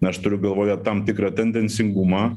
aš turiu galvoje tam tikrą tendencingumą